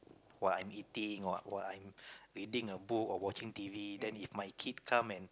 while I eating or while I'm reading a book or watching T_V then if my kid come and